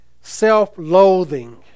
self-loathing